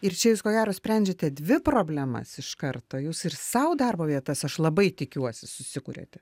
ir čia jūs ko gero sprendžiate dvi problemas iš karto jūs ir sau darbo vietas aš labai tikiuosi susikuriate